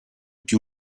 più